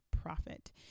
profit